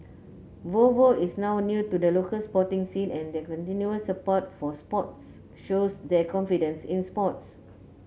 Volvo is not new to the local sporting scene and their continuous support for sports shows their confidence in sports